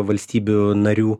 valstybių narių